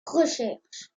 recherche